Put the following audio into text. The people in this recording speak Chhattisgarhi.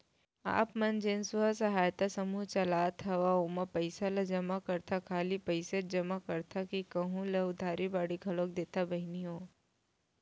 आप मन जेन स्व सहायता समूह चलात हंव ओमा पइसा तो जमा करथा खाली पइसेच जमा करथा कि कोहूँ ल उधारी बाड़ी घलोक देथा बहिनी हो?